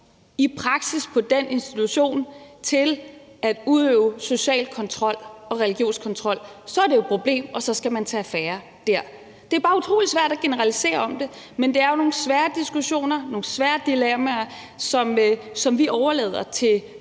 i praksis bliver brugt til at udøve social kontrol og religionskontrol, så er det et problem, og så skal man tage affære der. Det er bare utrolig svært at generalisere om det. Men det er jo nogle svære diskussioner, nogle svære dilemmaer, som vi overlader til